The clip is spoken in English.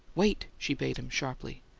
wait! she bade him sharply.